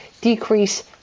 decrease